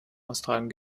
austragen